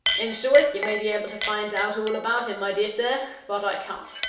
in short, you may be able to find out all about him, my dear sir but i can't.